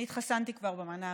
אני התחסנתי כבר במנה הראשונה,